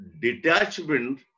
detachment